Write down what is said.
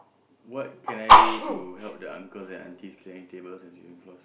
what can I do to help the uncles and aunties clearing tables as you employ